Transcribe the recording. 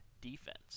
defense